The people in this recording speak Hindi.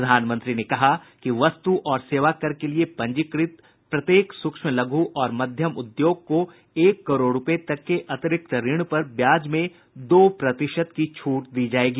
प्रधानमंत्री ने कहा कि वस्तु और सेवाकर के लिए पंजीकृत प्रत्येक सूक्ष्म लघु और मध्यम उद्योग को एक करोड़ रूपये तक के अतिरिक्त ऋण पर ब्याज में दो प्रतिशत की छूट दी जायेगी